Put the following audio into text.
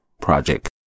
project